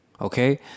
okay